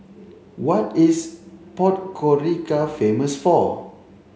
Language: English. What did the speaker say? what is Podgorica famous for